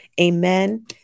Amen